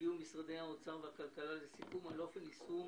הגיעו משרדי האוצר והכלכלה לסיכום על אופן יישום